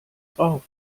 drauf